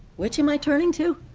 which am i turning to?